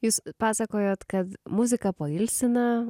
jūs pasakojot kad muzika pailsina